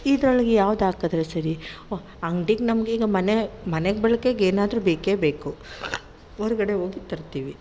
ಇದ್ರೊಳಗೆ ಯಾವ್ದು ಹಾಕಿದ್ರೆ ಸರಿ ವ ಅಂಗ್ಡಿಗೆ ನಮಗೀಗ ಮನೆ ಮನೆಗೆ ಬಳಕೆಗೆ ಏನಾದರೂ ಬೇಕೇ ಬೇಕು ಹೊರ್ಗಡೆ ಹೋಗಿ ತರ್ತೀವಿ